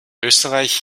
österreich